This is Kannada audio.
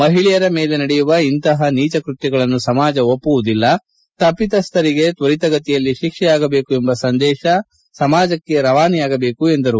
ಮಹಿಳೆಯರ ಮೇಲೆ ನಡೆಯುವ ಇಂತಹ ನೀಚ ಕೃತ್ಯಗಳನ್ನು ಸಮಾಜ ಒಪ್ಪುವುದಿಲ್ಲ ತಪ್ಪತಸ್ಥರಿಗೆ ತ್ವರಿತಗತಿಯಲ್ಲಿ ಶಿಕ್ಷೆಯಾಗಬೇಕು ಎಂಬ ಸಂದೇಶ ಸಮಾಜಕ್ಕೆ ರವಾನೆಯಾಗಬೇಕು ಎಂದರು